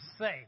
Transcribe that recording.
say